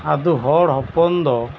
ᱟᱫᱚ ᱦᱚᱲ ᱦᱚᱯᱚᱱ ᱫᱚ